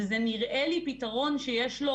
וזה נראה לי פתרון שיש לו